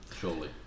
Surely